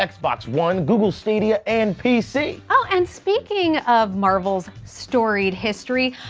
like xbox one, google stadia, and pc. oh, and speaking of marvel's storied history,